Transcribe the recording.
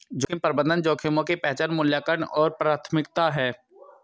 जोखिम प्रबंधन जोखिमों की पहचान मूल्यांकन और प्राथमिकता है